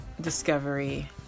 discovery